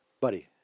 Buddy